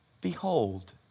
Behold